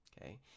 okay